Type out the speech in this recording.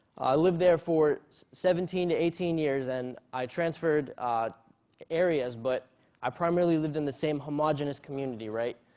i lived there for seventeen to eighteen years and i transferred areas but i primarily lived in the same homogeneous community, right.